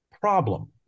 problem